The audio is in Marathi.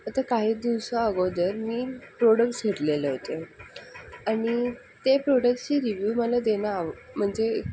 आता काही दिवसाअगोदर मी प्रोडक्टस घेतलेले होते आणि ते प्रोडक्टसचे रिवीव मला देणं आव म्हणजे